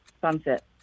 Sunset